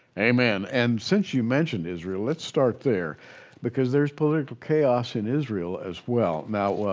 amen. and since you mentioned israel let's start there because there's political chaos in israel as well. now